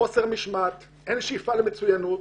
חוסר משמעת, אין שאיפה למצוינות,